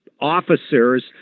officers